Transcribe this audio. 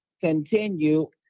continue